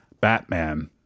Batman